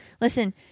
Listen